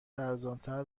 ارزانتر